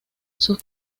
sus